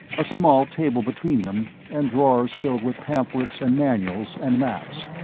a small table between them, and drawers filled with pamphlets and manuals and maps.